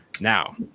Now